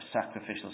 sacrificial